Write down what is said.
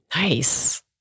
Nice